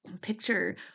picture